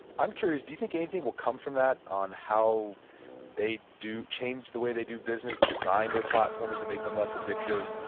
i'm curious. do you think anything will come from that on how they do change the way they do business, design their platforms to make them less addictive?